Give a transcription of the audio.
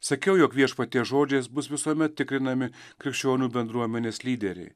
sakiau jog viešpaties žodžiais bus visuomet tikrinami krikščionių bendruomenės lyderiai